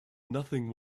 nothing